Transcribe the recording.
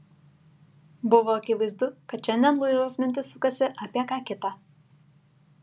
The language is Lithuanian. buvo akivaizdu kad šiandien luizos mintys sukasi apie ką kita